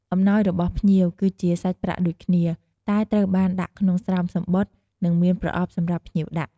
អំណោយរបស់ភ្ញៀវ គឺជាសាច់ប្រាក់ដូចគ្នា តែត្រូវបានដាក់ក្នុងស្រោមសំបុត្រ និងមានប្រអប់សម្រាប់ភ្ញៀវដាក់។